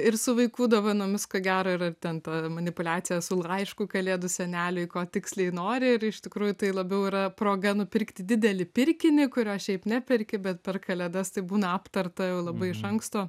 ir su vaikų dovanomis ko gero yra ir ten ta manipuliacija su laišku kalėdų seneliui ko tiksliai nori ir iš tikrųjų tai labiau yra proga nupirkti didelį pirkinį kurio šiaip neperki bet per kalėdas tai būna aptarta jau labai iš anksto